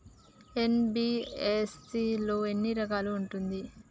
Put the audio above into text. NBFC లో ఎన్ని రకాలు ఉంటాయి?